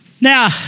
Now